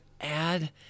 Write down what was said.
add